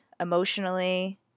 emotionally